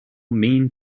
mean